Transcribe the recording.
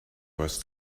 was